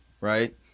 right